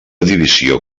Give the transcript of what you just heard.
divisió